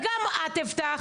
וגם את הבטחת.